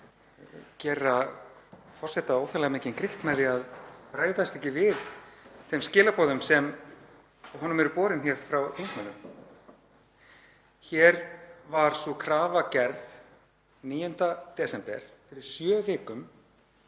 gera forseta óþarflega mikinn grikk með því að bregðast ekki við þeim skilaboðum sem honum eru borin hér frá þingmönnum. Hér var sú krafa gerð 9. desember, fyrir sjö vikum,